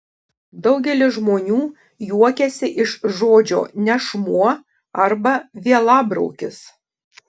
daugelis žmonių juokiasi iš žodžio nešmuo arba vielabraukis